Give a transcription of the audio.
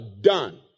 done